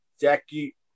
Jackie